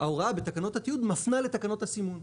ההוראה בתקנות התיעוד מפנה לתקנות הסימון.